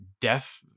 death